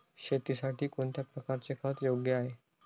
शेतीसाठी कोणत्या प्रकारचे खत योग्य आहे?